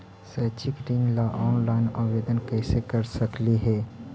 शैक्षिक ऋण ला ऑनलाइन आवेदन कैसे कर सकली हे?